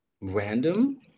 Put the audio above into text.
Random